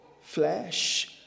flesh